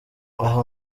aha